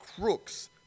crooks